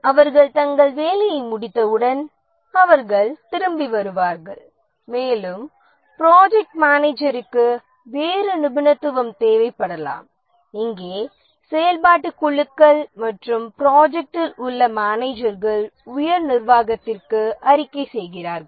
அவர்கள் தங்கள் வேலையை முடித்தவுடன் அவர்கள் திரும்பி வருவார்கள் மேலும் ப்ராஜெக்ட் மேனேஜருக்கு வேறு நிபுணத்துவம் தேவைப்படலாம் இங்கே செயல்பாட்டுக் குழுக்கள் மற்றும் ப்ராஜெக்ட்டில் உள்ள மேனேஜர்கள் உயர் நிர்வாகத்திற்கு அறிக்கை செய்கிறார்கள்